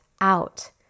out